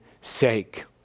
sake